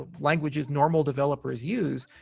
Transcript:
ah languages normal developers use,